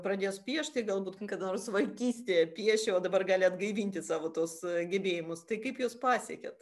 pradės piešti galbūt kada nors vaikystėje piešė o dabar gali atgaivinti savo tuos gebėjimus tai kaip jūs pasiekėt